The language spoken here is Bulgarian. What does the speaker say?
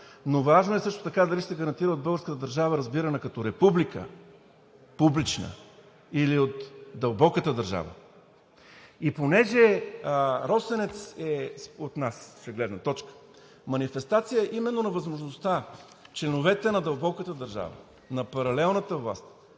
но важно е също така дали ще се гарантира от българската държава разбиране като република, публична, или от дълбоката държава. И понеже „Росенец“ – от наша гледна точка – е манифестация именно на възможността членовете на дълбоката държава, на паралелната власт